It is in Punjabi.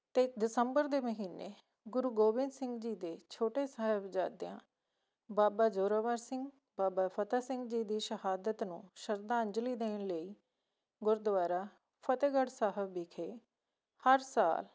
ਅਤੇ ਦਸੰਬਰ ਦੇ ਮਹੀਨੇ ਗੁਰੂ ਗੋਬਿੰਦ ਸਿੰਘ ਜੀ ਦੇ ਛੋਟੇ ਸਾਹਿਬਜ਼ਾਦਿਆਂ ਬਾਬਾ ਜ਼ੋਰਾਵਰ ਸਿੰਘ ਬਾਬਾ ਫਤਿਹ ਸਿੰਘ ਜੀ ਦੀ ਸ਼ਹਾਦਤ ਨੂੰ ਸ਼ਰਧਾਂਜਲੀ ਦੇਣ ਲਈ ਗੁਰਦੁਆਰਾ ਫਤਿਹਗੜ੍ਹ ਸਾਹਿਬ ਵਿਖੇ ਹਰ ਸਾਲ